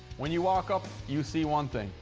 when you walk up, you see one thing.